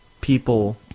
people